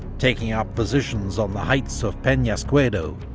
taking up positions on the heights of penasquedo,